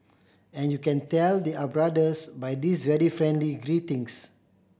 and you can tell they are brothers by this very friendly greetings